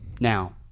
Now